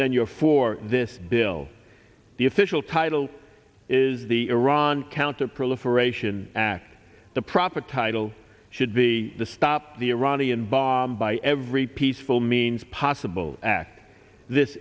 then you're for this bill the official to idol is the iran counter proliferation act the proper title should be to stop the iranian bomb by every peaceful means possible act this